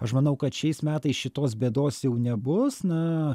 aš manau kad šiais metais šitos bėdos jau nebus na